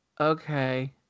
okay